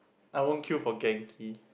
I won't queue for genki